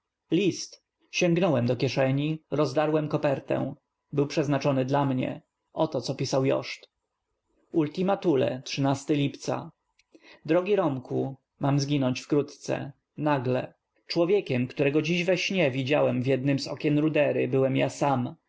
list sięgnąłem do kieszeni rozdarłem ko p ertę był przeznaczony dla m nie o to co pisał ot ulgi natura trzynasty lipca d rogi r o m k u mam zginąć w krótce nagle człowiekiem k tórego dziś w e śnie widziałem w jednem z okien rudery byłem ja sam